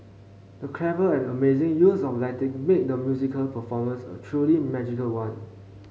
the clever and amazing use of lighting made the musical performance a truly magical one